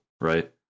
right